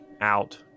out